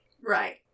Right